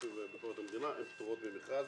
כספים וביקורת המדינה פטורות ממכרז.